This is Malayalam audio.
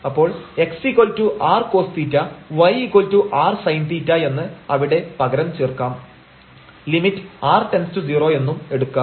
അപ്പോൾ x r cos⁡θ y r sin⁡θ എന്ന് അവിടെ പകരം ചേർക്കാം ലിമിറ്റ് r→0 എന്നും എടുക്കാം